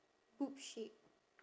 poop shade